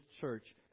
church